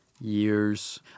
Years